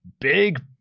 big